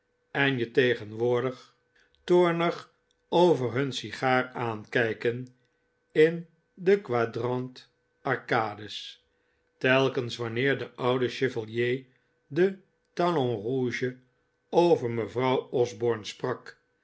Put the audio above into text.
en je tegenwoordig toornig over hun sigaar aankijken in de quadrant arcades telkens wanneer de oude chevalier de talonrouge over mevrouw osborne sprak